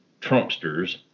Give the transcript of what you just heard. Trumpsters